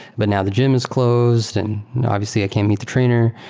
but now the gym is closed and obviously i can meet the trainer.